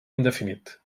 indefinit